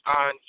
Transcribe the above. on